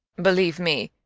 believe me,